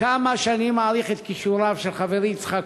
כמה שאני מעריך את כישוריו של חברי יצחק כהן,